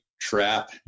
trap